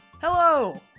Hello